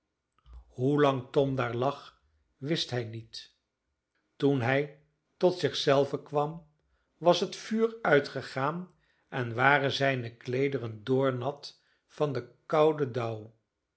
troon hoelang tom daar lag wist hij niet toen hij tot zich zelven kwam was het vuur uitgegaan en waren zijne kleederen doornat van den kouden dauw